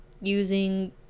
using